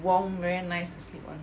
warm very nice to sleep on